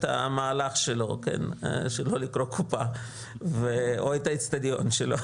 המהלך שלו לגזור קופה או את האצטדיון שלו,